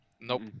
nope